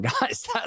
guys